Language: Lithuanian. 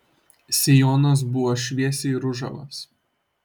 sijonas buvo šviesiai ružavas